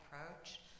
approach